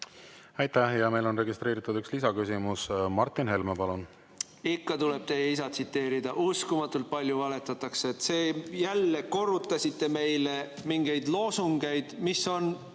Aitäh! Ja meil on registreeritud üks lisaküsimus. Martin Helme, palun! Ikka tuleb teie isa tsiteerida: "Uskumatult palju valetatakse." Jälle korrutasite meile mingeid loosungeid, mis on